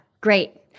great